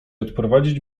odprowadzić